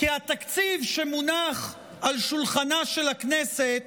כי התקציב שמונח על שולחנה של הכנסת